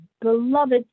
beloved